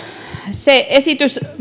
se esitys